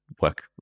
work